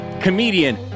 comedian